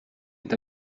est